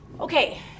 Okay